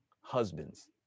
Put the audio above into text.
husbands